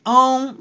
own